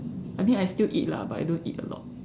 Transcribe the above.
I mean I still eat lah but I don't eat a lot